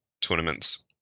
tournaments